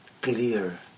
clear